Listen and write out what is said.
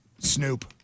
Snoop